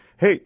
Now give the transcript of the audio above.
hey